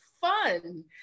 fun